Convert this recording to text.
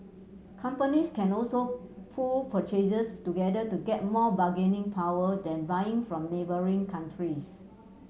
companies can also pool purchases together to get more bargaining power then buying from neighbouring countries